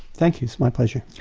thank you, it's my pleasure.